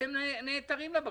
אתם נעתרים לבקשה,